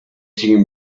siguen